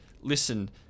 Listen